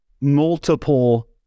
multiple